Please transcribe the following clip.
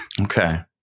Okay